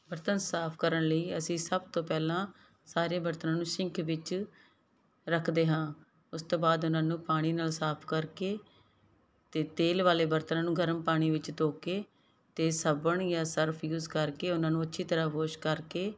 ਬਰਤਨ ਸਾਫ ਕਰਨ ਲਈ ਅਸੀਂ ਸਭ ਤੋਂ ਪਹਿਲਾਂ ਸਾਰੇ ਬਰਤਨਾਂ ਨੂੰ ਸ਼ਿੰਕ ਵਿੱਚ ਰੱਖਦੇ ਹਾਂ ਉਸ ਤੋਂ ਬਾਅਦ ਉਹਨਾਂ ਨੂੰ ਪਾਣੀ ਨਾਲ ਸਾਫ ਕਰਕੇ ਤੇ ਤੇਲ ਵਾਲੇ ਬਰਤਨਾਂ ਨੂੰ ਗਰਮ ਪਾਣੀ ਵਿੱਚ ਧੋ ਕੇ ਤੇ ਸਾਬਣ ਜਾਂ ਸਰਫ ਯੂਜ ਕਰਕੇ ਉਹਨਾਂ ਨੂੰ ਅੱਛੀ ਤਰ੍ਹਾਂ ਵੋਸ਼ ਕਰਕੇ